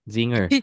Zinger